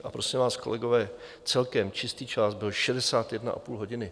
A prosím vás, kolegové, celkem čistý čas byl 61,5 hodiny.